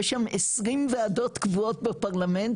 יש שם 20 ועדות קבועות בפרלמנט,